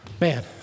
Man